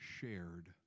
shared